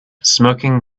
smoking